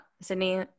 sydney